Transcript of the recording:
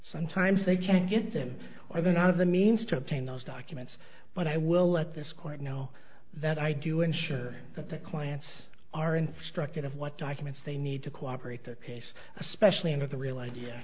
sometimes they can't get them or they're not of the means to obtain those documents but i will let this court know that i do ensure that the clients are instructed of what documents they need to cooperate the case especially at the re